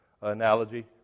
analogy